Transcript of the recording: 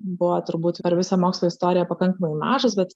buvo turbūt per visą mokslo istoriją pakankamai mažas bet